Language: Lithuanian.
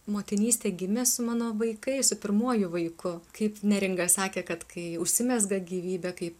motinystė gimė su mano vaikais su pirmuoju vaiku kaip neringa sakė kad kai užsimezga gyvybė kaip